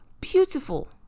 beautiful